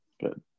good